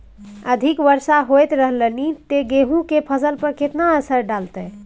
अधिक वर्षा होयत रहलनि ते गेहूँ के फसल पर केतना असर डालतै?